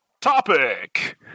topic